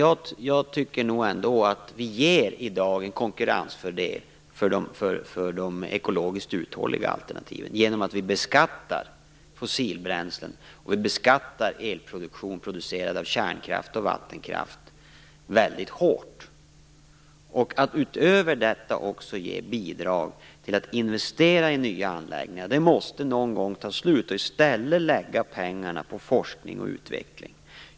Jag tycker ändå att vi i dag ger de ekologiskt uthålliga alternativen en konkurrensfördel genom att vi beskattar fossilbränslen och elproduktion med kärnkraft och vattenkraft väldigt hårt. Att utöver detta också ge bidrag till att investera i nya anläggningar måste någon gång ta slut så att vi i stället kan lägga pengarna på forskning och utveckling.